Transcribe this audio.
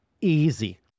Easy